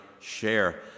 share